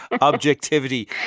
objectivity